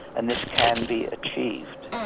and this can be achieved,